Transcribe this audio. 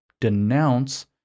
denounce